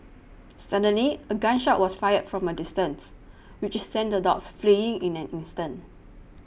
suddenly a gun shot was fired from a distance which sent the dogs fleeing in an instant